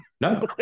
No